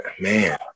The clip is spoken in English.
Man